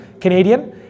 Canadian